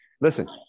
Listen